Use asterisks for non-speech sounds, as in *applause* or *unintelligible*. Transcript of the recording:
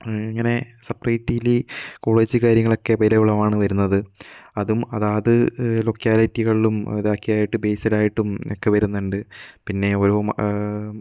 ഇങ്ങനെ separately college കാര്യങ്ങളൊക്കെ *unintelligible* അതും അതാത് ലോക്കാലിറ്റികളിലും അതൊക്കെയായിട്ട് ബേസ്ഡ് ആയിട്ടും ഒക്കെ വരുന്നുണ്ട് പിന്നെ ഓരോ